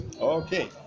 Okay